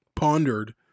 pondered